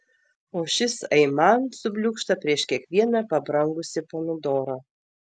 o šis aiman subliūkšta prieš kiekvieną pabrangusį pomidorą